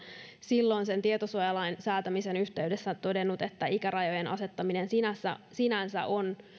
silloin sen tietosuojalain säätämisen yhteydessä todennut että ikärajojen asettaminen sinänsä sinänsä on